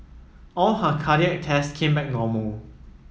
all her cardiac tests came back normal